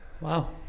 wow